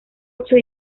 ocho